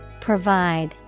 Provide